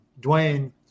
Dwayne